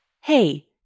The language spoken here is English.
Hey